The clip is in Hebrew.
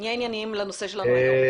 נהיה ענייניים לנושא שלנו היום.